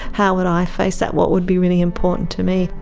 how would i face that, what would be really important to me?